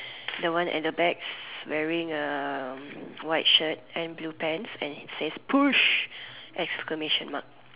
the one at the back wearing a white shirt and blue pants and he says push exclamation mark